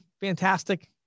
fantastic